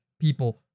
people